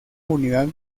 unidad